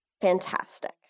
Fantastic